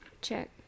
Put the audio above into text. Check